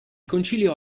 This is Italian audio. concilio